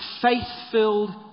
faith-filled